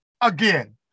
Again